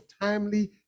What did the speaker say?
timely